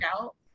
out